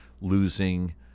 losing